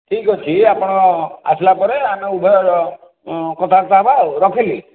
ଠିକ ଅଛି ଆପଣ ଆସିଲା ପରେ ଆମେ ଉଭୟ କଥାବାର୍ତ୍ତା ହେବା ଆଉ ରଖିଲି